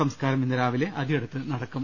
സംസ്കാരം ഇന്ന് രാവിലെ അദിയടത്ത് നടക്കും